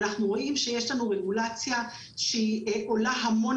אנחנו רואים שיש לנו רגולציה שעולה המון